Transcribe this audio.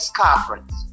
conference